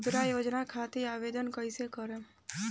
मुद्रा योजना खातिर आवेदन कईसे करेम?